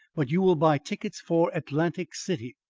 but you will buy tickets for atlantic city,